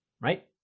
right